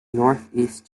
northeast